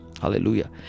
Hallelujah